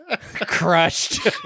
crushed